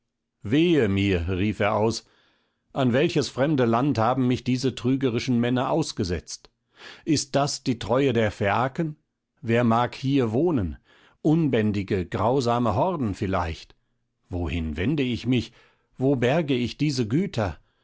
wehe mir rief er aus an welches fremde land haben mich diese trügerischen männer ausgesetzt ist das die treue der phäaken wer mag hier wohnen unbändige grausame horden vielleicht wohin wende ich mich wo berge ich diese güter